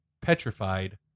petrified